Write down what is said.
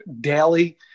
daily